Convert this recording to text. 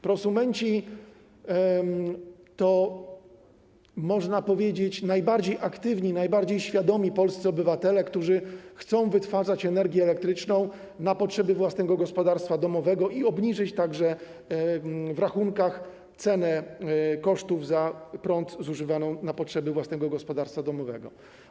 Prosumenci to, można powiedzieć, najbardziej aktywni, najbardziej świadomi polscy obywatele, którzy chcą wytwarzać energię elektryczną na potrzeby własnego gospodarstwa domowego, a także obniżyć rachunki za prąd zużywany na potrzeby własnego gospodarstwa domowego.